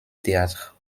théâtre